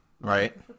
Right